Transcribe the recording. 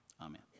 Amen